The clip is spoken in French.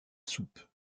soupe